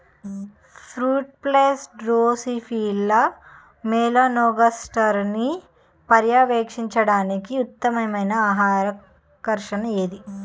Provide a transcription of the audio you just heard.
Fruit flies drosophila మెలనోగాస్టర్ని పర్యవేక్షించడానికి ఉత్తమమైన ఆహార ఆకర్షణ ఏది?